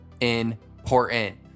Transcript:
important